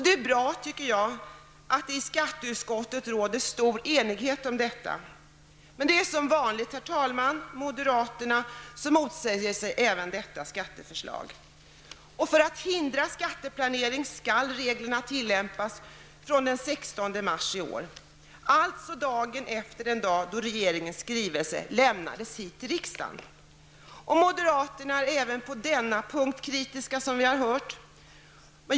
Det är bra att det i skatteutskottet råder stor enighet om detta. Men som vanligt är det moderaterna som motsätter sig även detta skatteförslag. För att hindra skatteplanering skall reglerna tillämpas från den 16 mars i år, alltså dagen efter den dag då regeringens skrivelse lämnades till riksdagen. Moderaterna är, som vi har hört, kritiska även på denna punkt.